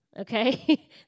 okay